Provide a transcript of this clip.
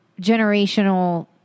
generational